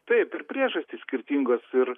taip ir priežastys skirtingos ir